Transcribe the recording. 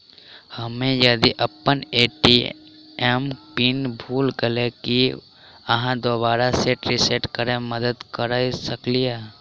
हम्मे यदि अप्पन ए.टी.एम पिन भूल गेलियै, की अहाँ दोबारा सेट रिसेट करैमे मदद करऽ सकलिये?